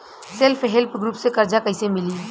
Self help group से कर्जा कईसे मिली?